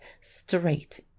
straight